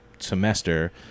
semester